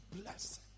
bless